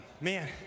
man